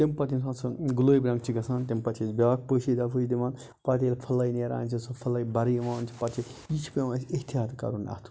تمہِ پَتہٕ یمہ ساتہٕ سُہ گُلٲبۍ رَنٛگہٕ چھُ گَژھان تمہِ پَتہٕ چھِ أسۍ بیاکھ پٲشی دَفٲیی دِوان پَتہٕ ییٚلہِ پھلَے نیران چھِ فُلے بَرِ یِوان چھِ پَتہٕ چھ یہِ چھ پیٚوان اَسہِ احتیاط کَرُن اتھ